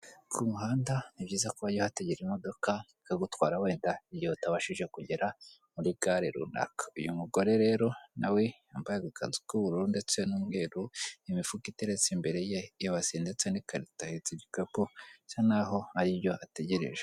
Ku muhanda ni byiza ko wajya uhategera imodoka ikagutwara, wenda igihe utabashije kugera muri gare runaka, uyu mugore rero nawe yambayekanzu k'ubururu ndetse n'umweru imifuka iteretse imbere ye, ibase ndetse n'ikarita ahetse igikapu bisa nk'aho hari ibyo ategereje.